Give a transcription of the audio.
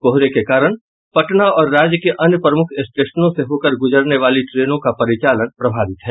कोहरे के कारण पटना और राज्य के अन्य प्रमूख स्टेशनों से होकर गुजरने वाली ट्रेनों का परिचालन प्रभावित है